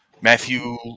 Matthew